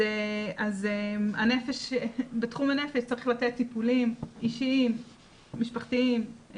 אז בתחום הנפש צריך לתת טיפולים אישיים, משפחתיים,